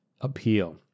appeal